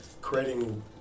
creating